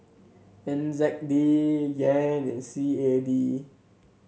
N Z D Yen and C A D